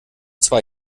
zwar